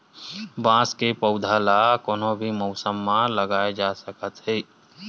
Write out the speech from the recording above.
बांस के पउधा ल कोनो भी मउसम म लगाए जा सकत हे